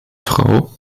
frau